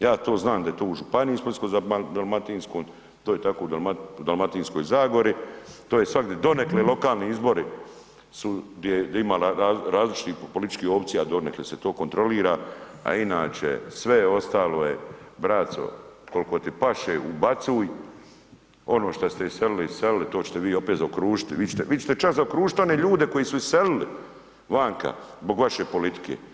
Ja to znam da je županiji Splitsko-dalmatinskoj, to je tako u Dalmatinskoj zagori, to je svagdje donekle, lokalni izbori su gdje ima različitih političkih opcija, donekle se to kontrolira, a inače, sve ostalo je braco, koliko ti paše ubacuj, ono što se iselili, iselili, to ćete vi opet zaokružiti, vi ćete čak zaokružiti one ljude koji su iselili vanka zbog vaše politike.